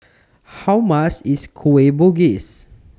How Mass IS Kueh Bugis